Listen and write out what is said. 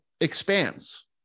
expands